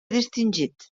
distingit